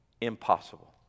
Impossible